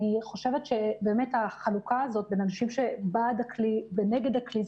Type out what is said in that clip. אני חושבת שהחלוקה הזאת בין אנשים שהם בעד הכלי ונגד הכלי,